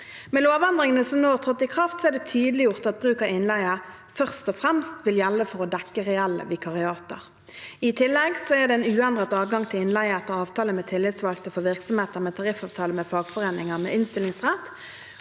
Med lovendringene som nå har trådt i kraft, er det tydeliggjort at bruk av innleie først og fremst vil gjelde for å dekke reelle vikariater. I tillegg er det en uendret adgang til innleie etter avtale med tillitsvalgte for virksomheter med tariffavtale med fagforeninger med innstillingsrett.